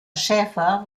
schaefer